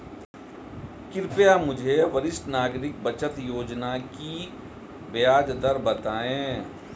कृपया मुझे वरिष्ठ नागरिक बचत योजना की ब्याज दर बताएं